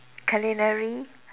culinary